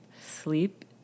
Sleep